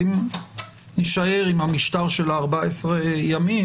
אם נישאר עם המשטר של ה-14 ימים,